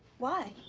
why?